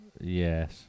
Yes